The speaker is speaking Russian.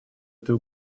этой